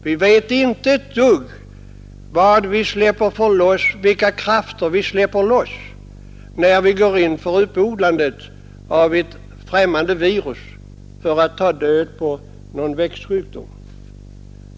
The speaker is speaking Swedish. Vi vet inte ett dugg vilka krafter vi släpper loss, när vi går in för uppodlande av ett främmande virus för att ta död på någon växtsjukdom.